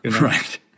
right